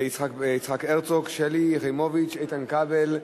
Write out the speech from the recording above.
יצחק הרצוג, שלי יחימוביץ, איתן כבל,